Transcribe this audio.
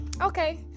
okay